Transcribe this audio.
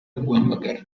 kuguhamagara